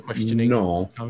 No